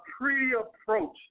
pre-approach